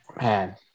Man